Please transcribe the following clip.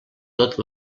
tot